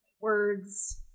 words